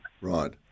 right